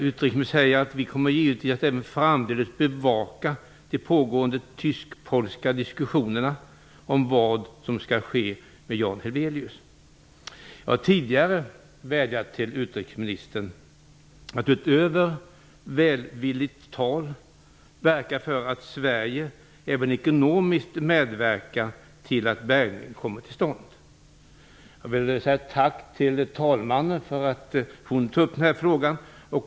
Utrikesministern säger att man även framdeles kommer att bevaka de tysk-polska diskussionerna om vad som skall ske med Jan Jag har tidigare vädjat till utrikesministern att utöver välvilligt tal verka för att Sverige även ekonomiskt medverkar till att en bärgning kommer till stånd. Jag vill säga tack till talmannen för att hon tog upp den här frågan.